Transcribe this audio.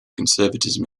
conservatism